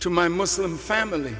to my muslim family